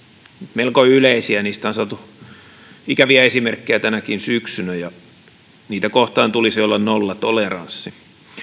melko yleisiä niistä on saatu ikäviä esimerkkejä tänäkin syksynä ja niitä kohtaan tulisi olla nollatoleranssi